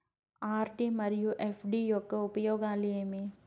RD మరియు FD యొక్క ఉపయోగాలు ఏమి?